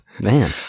man